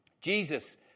Jesus